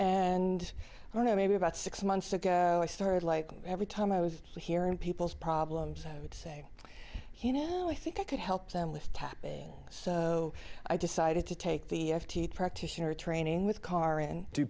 and i don't know maybe about six months ago i started like every time i was here and people's problems would say you know i think i could help them with tapping so i decided to take the practitioner training with car and do